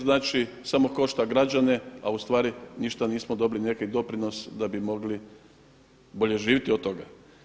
Znači samo košta građane, a u stvari ništa nismo dobili neki doprinos da bi mogli bolje živjeti od toga.